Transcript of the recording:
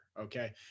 Okay